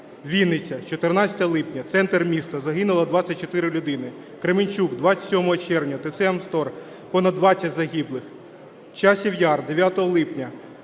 Вінниця, 14 липня, центр міста, загинуло 24 людини. Кременчук, 27 червня, ТРЦ "Амстор", понад 20 загиблих. Часів Яр, 9 липня,